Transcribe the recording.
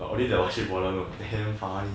but only the basketballer know damn funny